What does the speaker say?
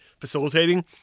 facilitating